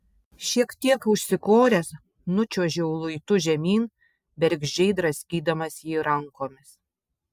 šiek tiek užsikoręs nučiuožiau luitu žemyn bergždžiai draskydamas jį rankomis